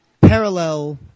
parallel